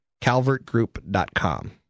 calvertgroup.com